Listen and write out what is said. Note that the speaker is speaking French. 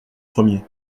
premier